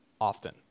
often